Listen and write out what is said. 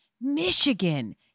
Michigan